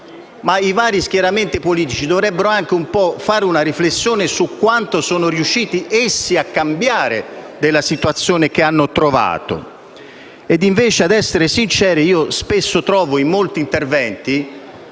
ma i vari schieramenti politici dovrebbero fare una riflessione su quanto sono riusciti essi a cambiare della situazione che hanno trovato.